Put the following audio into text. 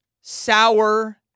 sour